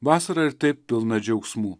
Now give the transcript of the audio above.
vasarą ir taip pilna džiaugsmų